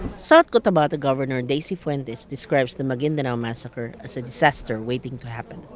south cotabato governor daisy fuentes describes the maguindanao massacre as a disaster waiting to happen.